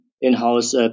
in-house